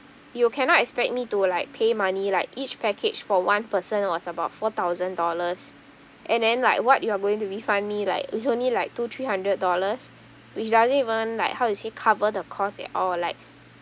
you cannot expect me to like pay money like each package for one person was about four thousand dollars and then like what you are going to refund me like is only like two three hundred dollars which doesn't even like how to say cover the cost at all like